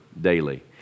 Daily